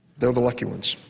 the the lucky ones.